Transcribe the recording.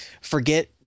forget